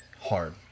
hard